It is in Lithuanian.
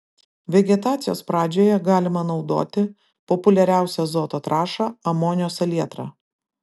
vegetacijos pradžioje galima naudoti populiariausią azoto trąšą amonio salietrą